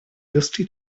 dusty